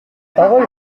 parole